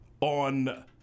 on